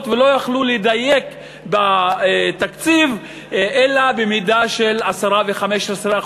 ולא יכלו לדייק בתקציב אלא במידה של 10% ו-15%,